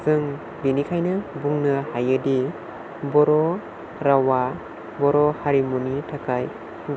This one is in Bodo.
जों बेनिखायनो बुंनो हायोदि बर' रावा बर' हारिमुनि थाखाय